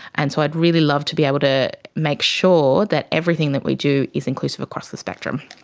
and so i'd really love to be able to make sure that everything that we do is inclusive across the spectrum.